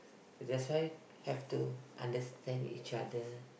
that's why have to understand if you are the